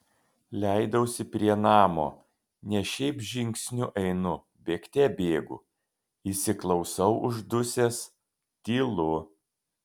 leidausi prie namo ne šiaip žingsniu einu bėgte bėgu įsiklausau uždusęs tylu